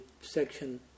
section